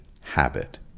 habit